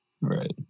Right